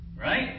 Right